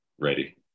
ready